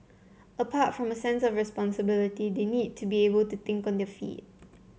apart from a sense of responsibility they need to be able to think on their feet